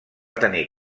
tenir